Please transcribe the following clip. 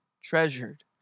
treasured